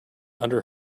under